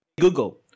Google